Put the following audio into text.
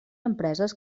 empreses